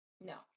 No